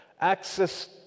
Access